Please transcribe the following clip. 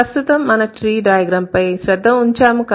ప్రస్తుతం మనం tree diagram పై శ్రద్ధ ఉంచాము